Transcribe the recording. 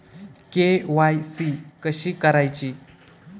KYC कशी करायची?